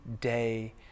day